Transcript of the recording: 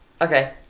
Okay